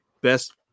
best